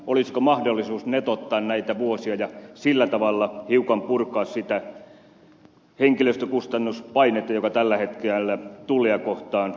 olisiko mahdollisuus netottaa näitä vuosia ja sillä tavalla hiukan purkaa sitä henkilöstökustannuspainetta joka tällä hetkellä tullia kohtaan kohdistuu